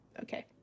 okay